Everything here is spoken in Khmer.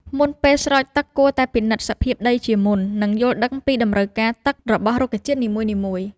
មុនពេលស្រោចទឹក គួរតែពិនិត្យសភាពដីជាមុន និងយល់ដឹងពីតម្រូវការទឹករបស់រុក្ខជាតិនីមួយៗ។